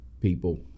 people